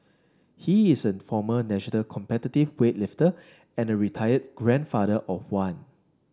he is a former national competitive weightlifter and a retired grandfather of one